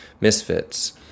Misfits